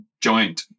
joint